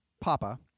Papa